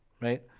right